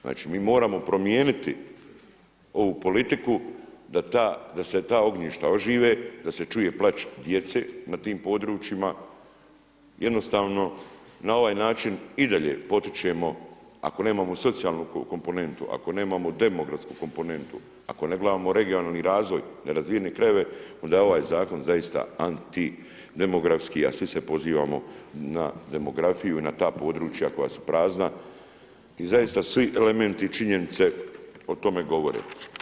Znači mi moramo promijeniti ovu politiku da se ta ognjišta ožive, da se čuje plač djece na tim područjima, jednostavno na ovaj način i dalje potičemo ako nemamo socijalnu komponentu, ako nemamo demografsku komponentnu, ako ne gledamo regionalni razvoj, nerazvijene krajeve, onda je ovaj zakon zaista antidemografski a svi se pozivamo na demografiju i na ta područja koja su prazna i zaista svi elementi i činjenice o tome govore.